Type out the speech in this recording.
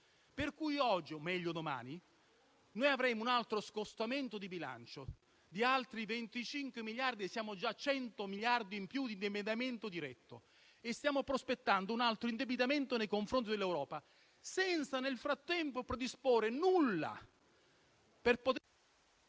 Per cui oggi - o meglio, domani - noi avremo un altro scostamento di bilancio di altri 25 miliardi (e siamo già a 100 miliardi in più di indebitamento diretto) e stiamo prospettando un altro indebitamento nei confronti dell'Europa senza nel frattempo predisporre nulla.